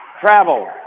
Travel